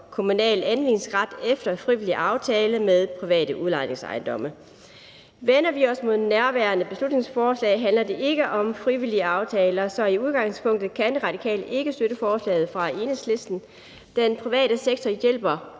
kommunal anvisningsret efter frivillig aftale med private udlejningsejendomme. Vender vi os mod det nærværende beslutningsforslag, handler det ikke om frivillige aftaler, så i udgangspunktet kan Radikale ikke støtte forslaget fra Enhedslisten. Den private sektor hjælper